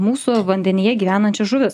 mūsų vandenyje gyvenančias žuvis